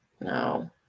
No